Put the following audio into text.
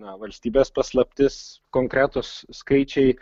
na valstybės paslaptis konkretūs skaičiai